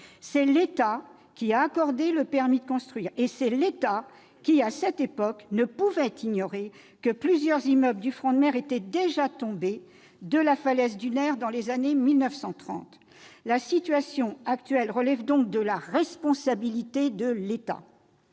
C'est l'État qui a accordé le permis de construire, et c'est l'État qui, à cette époque, ne pouvait ignorer que plusieurs immeubles du front de mer étaient déjà tombés de la falaise dunaire dans les années 1930. La situation actuelle relève donc de la responsabilité de l'État.